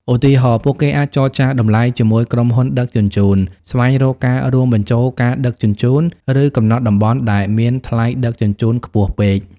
ឧទាហរណ៍ ពួកគេអាចចរចាតម្លៃជាមួយក្រុមហ៊ុនដឹកជញ្ជូន ស្វែងរកការរួមបញ្ចូលការដឹកជញ្ជូន ឬកំណត់តំបន់ដែលមានថ្លៃដឹកជញ្ជូនខ្ពស់ពេក។